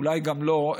אולי גם לא.